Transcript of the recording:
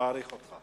מעריך אותך.